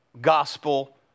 gospel